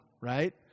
right